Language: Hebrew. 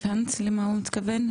הבנת למה הוא התכוון?